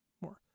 more